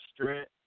strength